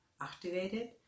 activated